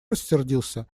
рассердился